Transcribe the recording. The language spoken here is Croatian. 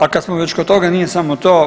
A kad smo već kod toga, nije samo to.